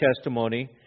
testimony